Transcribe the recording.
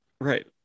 Right